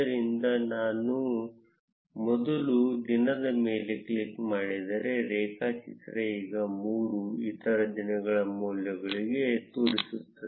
ಆದ್ದರಿಂದ ನಾನು ಮೊದಲ ದಿನದ ಮೇಲೆ ಕ್ಲಿಕ್ ಮಾಡಿದರೆ ರೇಖಾಚಿತ್ರ ಈಗ 3 ಇತರ ದಿನಗಳ ಮೌಲ್ಯಗಳನ್ನು ತೋರಿಸುತ್ತದೆ